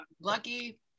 lucky